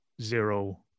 zero